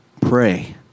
Pray